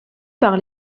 par